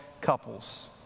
couples